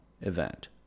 event